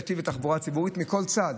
נתיב לתחבורה ציבורית מכל צד,